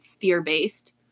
fear-based